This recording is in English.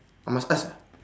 I must ask